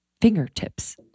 fingertips